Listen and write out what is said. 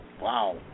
Wow